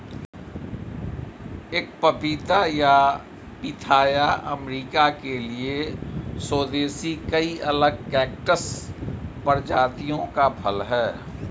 एक पपीता या पिथाया अमेरिका के लिए स्वदेशी कई अलग कैक्टस प्रजातियों का फल है